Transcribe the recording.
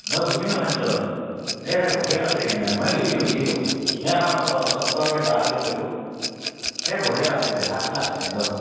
অ' জুবিনৰ ফাংচন এই ভাই বঢ়িয়া লগিছে সেইদিনা মই গৈছিলোঁ গৈছিলোঁ এ আমাৰ ওচৰতে বাহঁতৰ লগত গলোঁ এই বঢ়িয়া লাগিছিল ভাই ফাৰ্ষ্ট ক্লাছ একদম